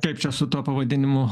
kaip čia su tuo pavadinimu